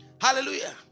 Hallelujah